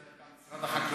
זה גם משרד החקלאות.